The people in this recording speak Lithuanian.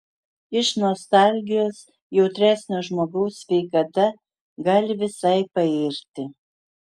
iš nostalgijos jautresnio žmogaus sveikata gali visai pairti